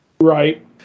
Right